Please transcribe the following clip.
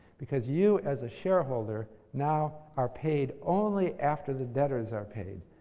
because you as a shareholder now are paid only after the debtors are paid.